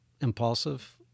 impulsive